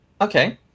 Okay